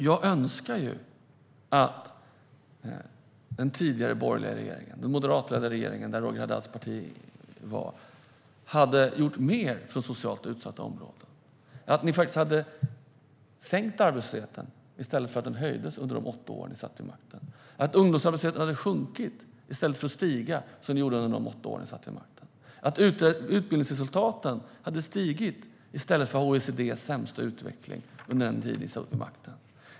Jag önskar ju att den tidigare moderatledda regeringen, där Roger Haddads parti ingick, hade gjort mer för socialt utsatta områden. Jag önskar ju att ni faktiskt hade sänkt arbetslösheten i stället för att den höjdes under de åtta år ni satt vid makten, att ungdomsarbetslösheten hade sjunkit i stället för att stiga som den gjorde under de åtta år ni satt vid makten och att utbildningsresultaten hade stigit i stället för att ha OECD:s sämsta utveckling under den tid ni satt vid makten.